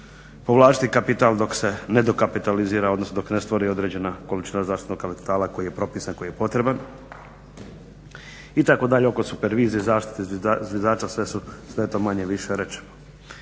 povlačiti kapital dok se ne dokapitalizira odnosno dok se ne stvori određena količina zaštitnog … koji je propisan, koji je potreban itd. Oko supervizije, zaštite zviždača, sve je to manje-više rečeno.